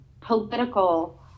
Political